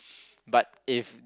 but if